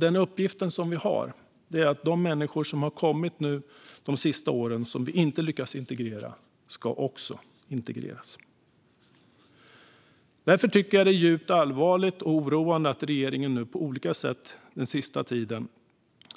Den uppgift som vi har är att de människor som nu har kommit de senaste åren som vi inte har lyckats integrera också ska integreras. Därför är det djupt allvarligt och oroande att regeringen nu på olika sätt den senaste tiden